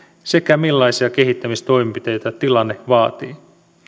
sekä siihen millaisia kehittämistoimenpiteitä tilanne vaatii